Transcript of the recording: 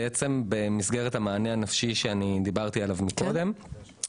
במסגרת המענה הנפשי עליו דיברתי קודם,